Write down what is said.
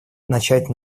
начать